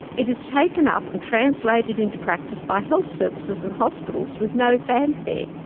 it is taken up and translated into practice by health services and hospitals with no fanfare.